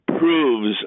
proves